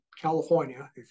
California